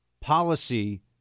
policy